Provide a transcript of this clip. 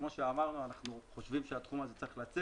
כמו שאמרנו, אנחנו חושבים שתחום הזה צריך לצאת.